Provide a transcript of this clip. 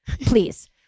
Please